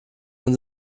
man